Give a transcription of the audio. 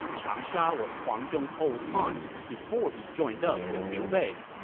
changsha was huang zhong's old haunt before he joined up with liu bei.